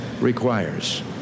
requires